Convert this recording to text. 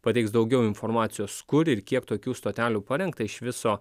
pateiks daugiau informacijos kur ir kiek tokių stotelių parengta iš viso